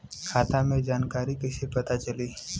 खाता के जानकारी कइसे पता चली?